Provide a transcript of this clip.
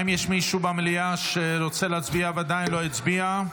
האם יש מישהו במליאה שרוצה להצביע ועדיין לא הצביע?